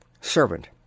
Servant